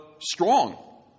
strong